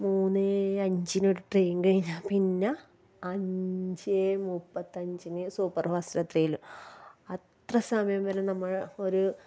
മൂന്നേ അഞ്ചിനൊരു ട്രെയിൻ കഴിഞ്ഞാൽ പിന്ന അഞ്ചേ മുപ്പത്തഞ്ചിനെ സൂപ്പർ ഫാസ്റ്റെത്തുകയുള്ളു അത്ര സമയം വരെ നമ്മള് ഒര്